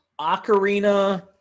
ocarina